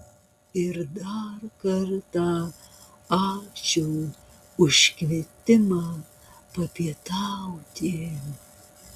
ir dar kartą ačiū už kvietimą papietauti